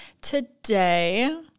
Today